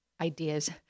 ideas